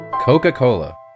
Coca-Cola